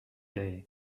day